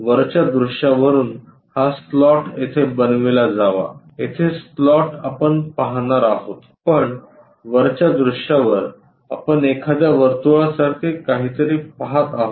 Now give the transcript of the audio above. वरच्या दृश्यावरून हा स्लॉट येथे बनविला जावा येथे स्लॉट आपण पाहणार आहोत पण वरच्या दृश्यावर आपण एखाद्या वर्तुळासारखे काहीतरी पहात आहोत